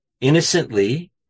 innocently